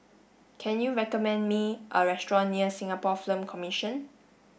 can you recommend me a restaurant near Singapore Film Commission